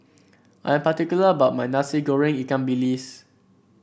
I am particular about my Nasi Goreng Ikan Bilis